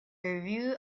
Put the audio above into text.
review